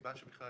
לסיבה שבכלל